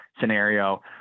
scenario